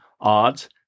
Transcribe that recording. odds